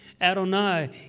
Adonai